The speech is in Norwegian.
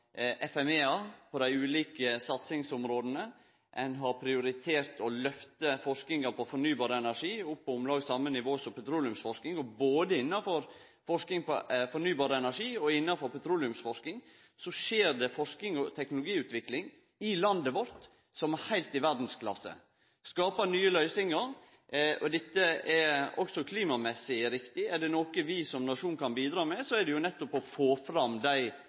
FME-ar på dei ulike satsingsområda, ein har prioritert å lyfte forskinga på fornybar energi opp på om lag same nivå som petroleumsforsking, og både innanfor forsking på fornybar energi og innanfor petroleumsforsking skjer det teknologiutvikling i landet vårt som er heilt i verdsklasse. Vi skaper nye løysingar. Dette er også klimamessig riktig. Er det noko vi som nasjon kan bidra med, er det nettopp å få fram dei